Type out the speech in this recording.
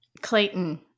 Clayton